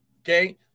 Okay